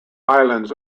islands